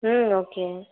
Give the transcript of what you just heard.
ம் ஓகே